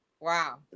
wow